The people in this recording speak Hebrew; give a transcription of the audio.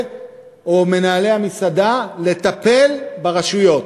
או מנהלי המסעדה מוקדשים לטיפול ברשויות,